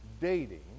dating